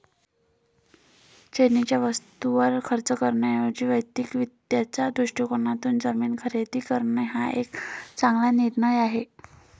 चैनीच्या वस्तूंवर खर्च करण्याऐवजी वैयक्तिक वित्ताच्या दृष्टिकोनातून जमीन खरेदी करणे हा एक चांगला निर्णय आहे